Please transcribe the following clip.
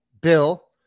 Bill